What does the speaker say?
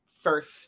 first